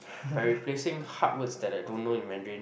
by replacing hard words that I don't know in Mandarin